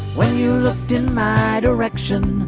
when you looked in my direction,